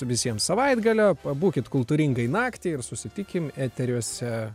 visiems savaitgalio pabūkit kultūringai naktį ir susitikim eteriuose